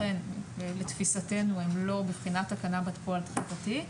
לכן הם לא בבחינת תקנה בת פועל תחיקתי.